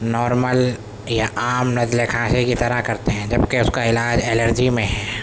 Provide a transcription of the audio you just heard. normal یا عام نزلے کھانسی کی طرح کرتے ہیں جبکہ اس کا علاج الرجی میں ہے